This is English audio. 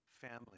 family